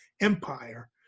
empire